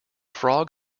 frog